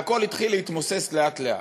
והכול התחיל להתמוסס לאט-לאט,